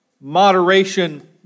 moderation